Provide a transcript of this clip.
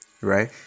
right